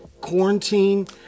quarantine